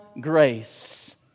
grace